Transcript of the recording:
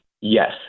Yes